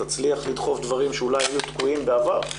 תצליח לדחוף דברים שאולי היו תקועים בעבר.